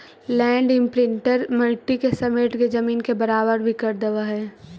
land imprinter मट्टी के समेट के जमीन के बराबर भी कर देवऽ हई